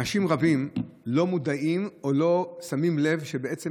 אנשים רבים לא מודעים או לא שמים לב שבעצם